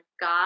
God